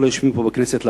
כל היושבים פה בכנסת,